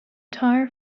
tar